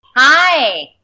Hi